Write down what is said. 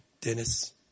Dennis